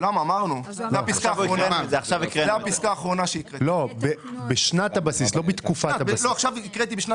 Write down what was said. זה הפסקה האחרונה שהקראתי לפני רגע.